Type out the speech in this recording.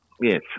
yes